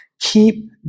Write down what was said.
keep